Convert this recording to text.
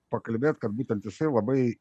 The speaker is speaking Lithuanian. pakalbėt kad būtent jisai labai